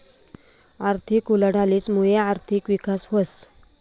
आर्थिक उलाढालीस मुये आर्थिक विकास व्हस